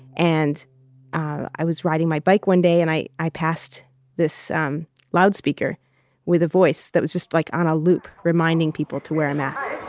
and i was riding my bike one day and i i passed this um loudspeaker with a voice that was just like on a loop reminding people to wear a mask.